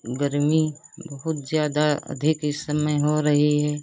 गर्मी बहुत ज़्यादा अधिक इस समय हो रही है